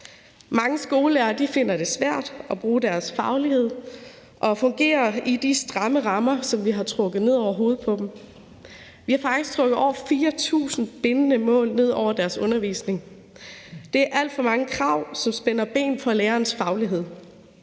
Mange skolelærere finder det svært at bruge deres faglighed og fungere i de stramme rammer, som vi har trukket ned over hovedet på dem. Vi har faktisk trukket over 4.000 bindende mål ned over deres undervisning. Det er alt for mange krav, som spænder ben for lærerens faglighed.